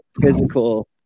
physical